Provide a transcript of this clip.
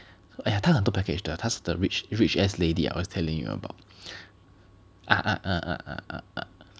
so !aiya! 他很多 package 的他是 the rich rich ass lady I was telling you about ah ah ah ah ah ah ah